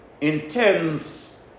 intense